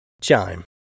Chime